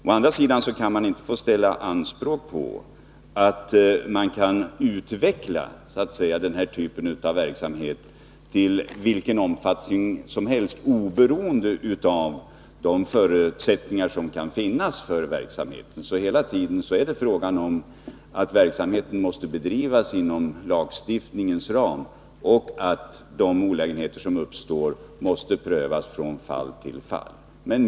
Å andra sidan kan man inte ställa anspråk på att man får utveckla den här typen av verksamhet till vilken omfattning som helst, oberoende av vilka förutsättningar som kan finnas för verksamheten. Hela tiden är det fråga om att verksamheten måste bedrivas inom lagstiftningens ram. Myndigheterna har ju en vilja att försöka hjälpa människorna till rätta.